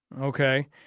Okay